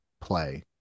play